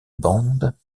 bande